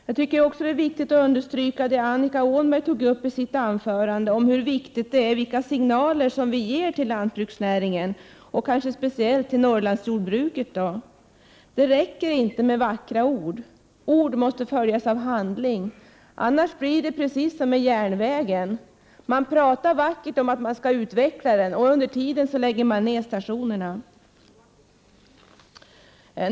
Jag tycker också att det är viktigt att understryka det som Annika Åhnberg tog upp i sitt anförande angående hur viktigt det är med de signaler som ges till lantbruksnäringen, speciellt till Norrlandsjordbruket. Det räcker inte med vackra ord. Ord måste följas av handling. Annars blir det precis som med järnvägen. Man talar vackert om att den skall utvecklas, och under tiden läggs stationerna ner.